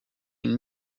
une